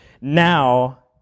now